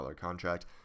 contract